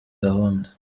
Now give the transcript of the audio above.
gahunda